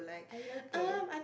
I love it